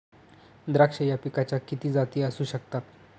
द्राक्ष या पिकाच्या किती जाती असू शकतात?